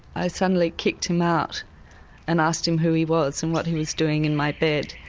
i suddenly kicked him out and asked him who he was and what he was doing in my bed.